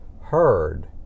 heard